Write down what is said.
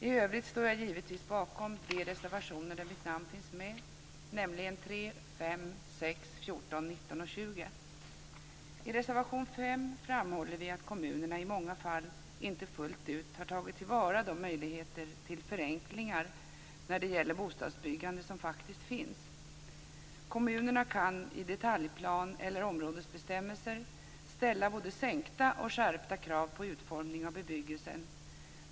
I övrigt står jag givetvis bakom de reservationer där mitt namn finns med, nämligen 3, 5, I reservation 5 framhåller vi att kommunerna i många fall inte fullt ut har tagit till vara de möjligheter till förenklingar när det gäller bostadsbyggandet som faktiskt finns. I detaljplan eller områdesbestämmelser kan kommunerna ställa både sänkta och skärpta krav på utformningen av bebyggelsen.